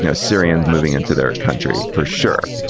you know syrians moving into their country for sure,